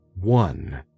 One